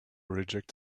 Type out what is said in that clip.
reject